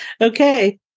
Okay